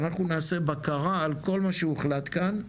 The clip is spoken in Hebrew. אנחנו נעשה בקרה על כל מה שהוחלט כאן,